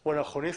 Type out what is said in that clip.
הוא אנכרוניסטי,